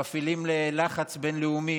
מפעילים לחץ בין-לאומי,